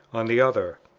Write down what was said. on the other.